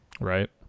Right